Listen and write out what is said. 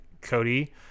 Cody